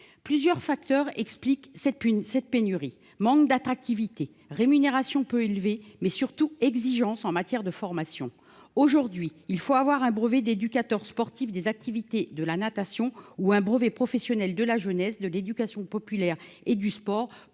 Plusieurs facteurs expliquent cette pénurie : manque d'attractivité, rémunération peu élevée, mais, surtout, exigences en matière de formation. À l'heure actuelle, il faut disposer d'un brevet d'État d'éducateur sportif aux activités de la natation (BEESAN) ou d'un brevet professionnel de la jeunesse, de l'éducation populaire et du sport